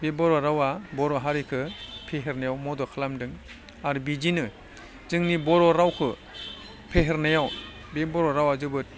बे बर' रावा बर' हारिखौ फेहेरनायव मदद खालामदों आरो बिदिनो जोंनि बर' रावखौ फेहेरनायाव बे बर' रावा जोबोद